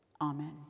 Amen